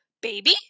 Baby